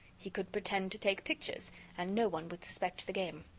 he could pretend to take pictures and no one would suspect the game.